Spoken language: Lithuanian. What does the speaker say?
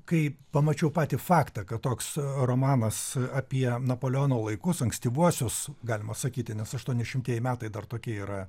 kai pamačiau patį faktą kad toks romanas apie napoleono laikus ankstyvuosius galima sakyti nes aštuoni šimtieji metai dar tokie yra